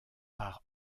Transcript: par